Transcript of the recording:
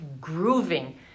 grooving